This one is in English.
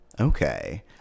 Okay